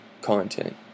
content